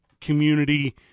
community